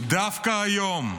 דווקא היום,